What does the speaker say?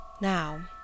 Now